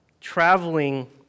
traveling